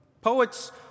Poets